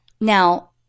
Now